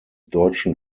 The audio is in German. deutschen